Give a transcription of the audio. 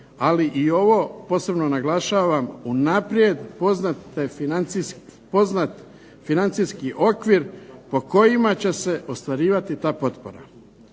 ali i ovo, posebno naglašavam unaprijed, poznat financijski okvir po kojima će se ostvarivati ta potpora.